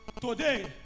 Today